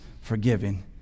forgiven